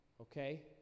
Okay